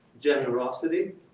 generosity